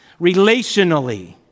Relationally